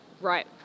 right